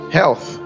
health